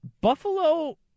Buffalo